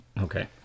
Okay